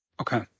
Okay